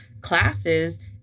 classes